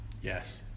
Yes